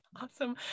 Awesome